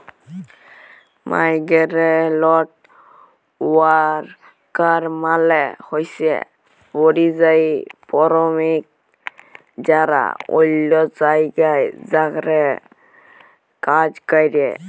migrant worker মালে হছে পরিযায়ী শরমিক যারা অল্য জায়গায় যাঁয়ে কাজ ক্যরে